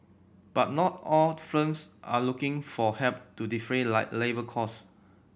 but not all firms are looking for help to defray labour cost